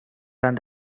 and